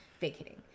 vacating